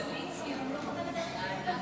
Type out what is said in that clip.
גם אתה לא אוהב שמפריעים לך.